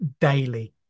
daily